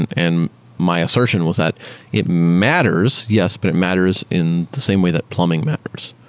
and and my assertion was that it matters yes, but it matters in the same way that plumbing matters,